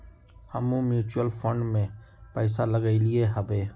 हमहुँ mutual fund में पइसा लगइली हबे